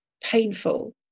painful